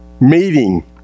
Meeting